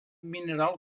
mineral